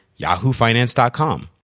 yahoofinance.com